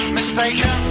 Mistaken